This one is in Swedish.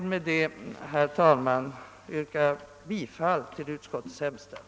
Med detta vill jag yrka bifall till utskottets hemställan.